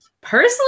Personally